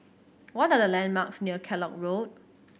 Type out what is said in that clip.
what are the landmarks near Kellock Road